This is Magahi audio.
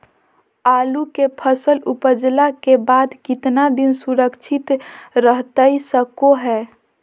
आलू के फसल उपजला के बाद कितना दिन सुरक्षित रहतई सको हय?